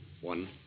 One